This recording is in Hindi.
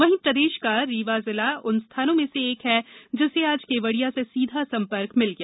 वहीं प्रदेश का रीवा जिला उन स्थानों में से एक है जिसे आज केवडिया से सीधा संपर्क मिल गया